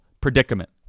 predicament